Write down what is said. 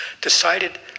decided